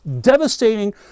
Devastating